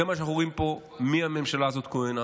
זה מה שאנחנו רואים פה מאז שהממשלה הזאת כוננה.